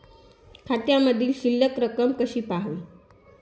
खात्यामधील शिल्लक रक्कम कशी पहावी?